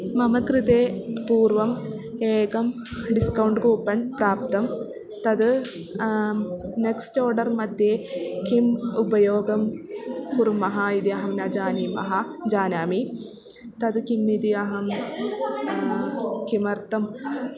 मम कृते पूर्वम् एकं डिस्कौण्ट् कूपण् प्राप्तं तद् नेक्स्ट् ओर्डर् मध्ये किम् उपयोगं कुर्मः इति अहं न जानीमः जानामि तद् किम् इति अहं किमर्थम्